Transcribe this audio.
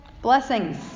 Blessings